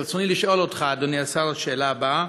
אדוני השר, ברצוני לשאול אותך את השאלה הבאה: